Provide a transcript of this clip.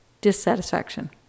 dissatisfaction